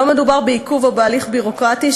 לא מדובר בעיכוב או בהליך ביורוקרטי,